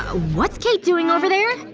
ah what's kate doing over there?